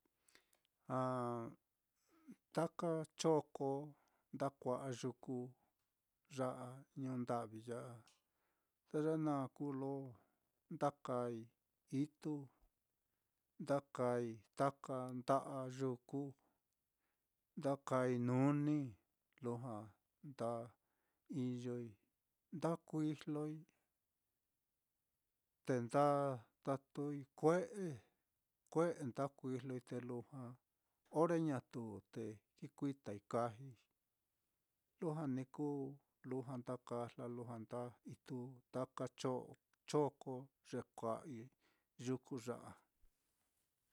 Ah taka choko nda kua'a yuku á, ñuu nda'vi ya a, te ye naá kuu lo nda kaai itu, nda kaai taka nda'a yuku, nda kaai nuni, lujua nda iyoi, nda kuijloi, te nda tatuui kue'e, kue'e nda kuijloi, te lujua ore ñatu te kikuitai kajai, lujua ni kuu, lujua nda kajla, lujua nda ituu taka cho-choko ye kua'ai yuku ya á.